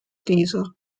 dieser